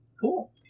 cool